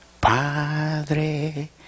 padre